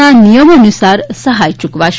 ના નિયમોનુસાર સહાય ચૂકવાશે